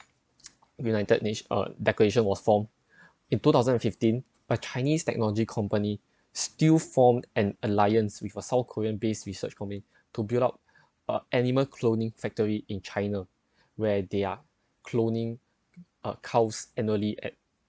united nat~ uh declaration was formed in two thousand and fifteen a chinese technology company still formed an alliance with a south korean based research forming to build up uh animal cloning factory in china where they're cloning uh cows annually at